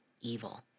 evil